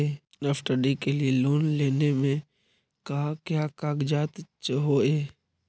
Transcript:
Study के लिये loan लेने मे का क्या कागजात चहोये?